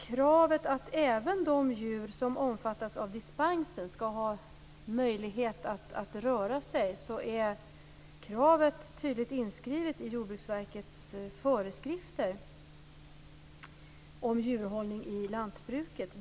Kravet att även de djur som omfattas av dispens skall ha möjlighet att röra sig är tydligt inskrivet i Jordbruksverkets föreskrifter om djurhållning i lantbruket.